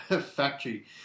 factory